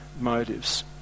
motives